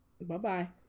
Bye-bye